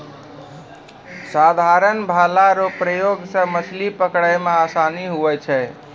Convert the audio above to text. साधारण भाला रो प्रयोग से मछली पकड़ै मे आसानी हुवै छै